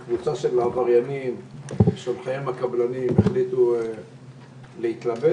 כאשר קבוצה של עבריינים ושולחיהם הקבלנים החליטה "להתלבש"